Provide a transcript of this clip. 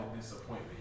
disappointment